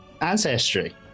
ancestry